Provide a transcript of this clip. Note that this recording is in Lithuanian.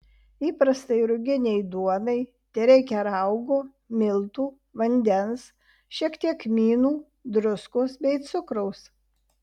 įprastai ruginei duonai tereikia raugo miltų vandens šiek tiek kmynų druskos bei cukraus